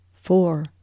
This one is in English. four